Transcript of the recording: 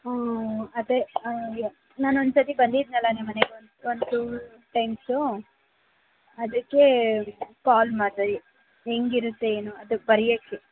ಹ್ಞೂ ಅದೇ ನಾನು ಒಂದುಸತಿ ಬಂದಿದ್ದನಲ್ಲಾ ನಿಮ್ಮ ಮನೆಗೆ ಒಂದು ಒಂದು ಟು ಟೈಮ್ಸು ಅದಕ್ಕೇ ಕಾಲ್ ಮಾಡಿದೆ ಹೆಂಗ್ ಇರುತ್ತೆ ಏನು ಅದು ಬರೆಯಕ್ಕೆ